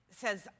says